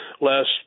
last